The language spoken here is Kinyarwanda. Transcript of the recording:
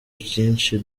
byinshi